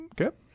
Okay